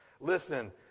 Listen